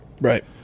Right